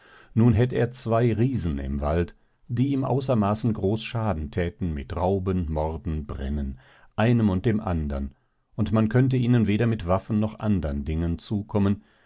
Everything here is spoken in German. nun hätt er zwei riesen im wald die ihm außermaßen groß schaden thäten mit rauben morden brennen einem und dem andern und man könnte ihnen weder mit waffen noch andern dingen zukommen